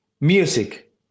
music